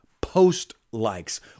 post-likes